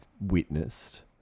witnessed